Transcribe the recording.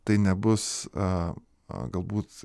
tai nebus aa galbūt